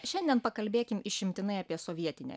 šiandien pakalbėkim išimtinai apie sovietinę